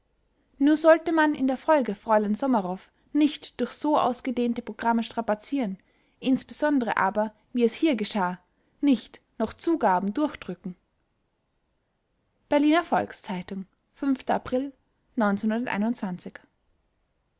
nur sollte man in der folge fräulein somarow nicht durch so ausgedehnte programme strapazieren insbesondere aber wie es hier geschah nicht noch zugaben durchdrücken berliner volks-zeitung april